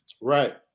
Right